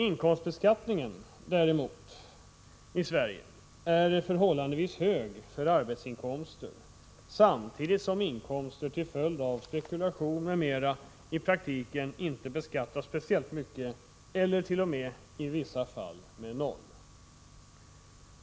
Inkomstbeskattningen i Sverige däremot är förhållandevis hög för arbetsinkomster, samtidigt som inkomster till följd av spekulation m.m. i praktiken inte beskattas speciellt mycket eller t.o.m. i vissa fall med noll.